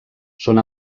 són